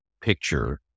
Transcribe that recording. picture